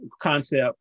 concept